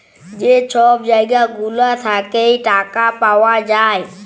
যে ছব জায়গা গুলা থ্যাইকে টাকা পাউয়া যায়